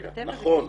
נכון.